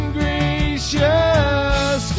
gracious